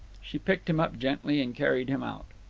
she picked him up gently and carried him out.